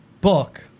book